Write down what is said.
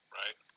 right